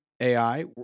AI